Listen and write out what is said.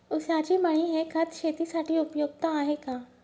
ऊसाची मळी हे खत शेतीसाठी उपयुक्त आहे का?